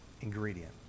ingredient